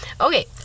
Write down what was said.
Okay